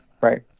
Right